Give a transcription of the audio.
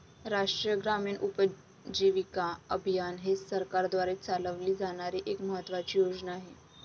राष्ट्रीय ग्रामीण उपजीविका अभियान ही सरकारद्वारे चालवली जाणारी एक महत्त्वाची योजना आहे